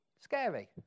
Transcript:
scary